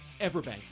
Everbank